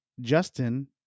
Justin